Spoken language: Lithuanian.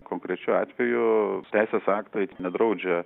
konkrečiu atveju teisės aktai nedraudžia